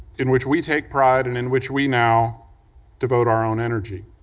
in which we take pride and in which we now devote our own energy.